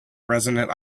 resonant